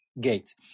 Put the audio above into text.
gate